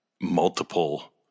multiple